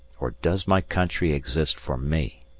or does my country exist for me?